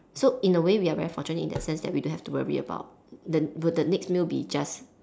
so in a way we are very fortunate in that sense that we don't have to worry about will the next meal be just